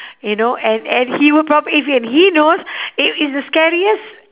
you know and and he will probably if and he knows it is the scariest